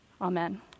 Amen